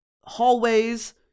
hallways